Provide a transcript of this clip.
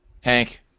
Hank